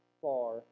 far